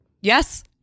Yes